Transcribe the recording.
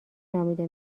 نامیده